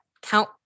Count